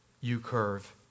U-curve